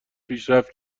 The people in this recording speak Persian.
پیشرفت